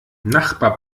nachbar